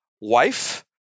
wife